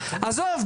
עזוב,